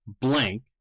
blank